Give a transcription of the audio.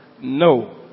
no